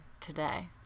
today